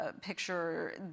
picture